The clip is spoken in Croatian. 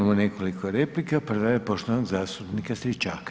Imamo nekoliko replika, prva je poštovanog zastupnika Stričaka.